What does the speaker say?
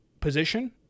position